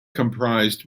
comprised